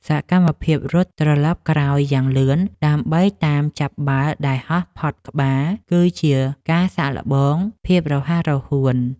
សកម្មភាពរត់ត្រឡប់ក្រោយយ៉ាងលឿនដើម្បីតាមចាប់បាល់ដែលហោះផុតក្បាល គឺជាការសាកល្បងភាពរហ័សរហួន។